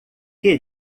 que